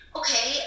okay